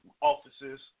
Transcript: offices